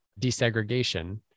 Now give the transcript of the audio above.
desegregation